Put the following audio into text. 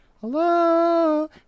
Hello